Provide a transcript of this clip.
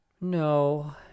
No